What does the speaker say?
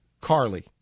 Carly